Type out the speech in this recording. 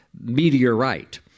meteorite